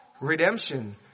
Redemption